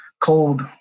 cold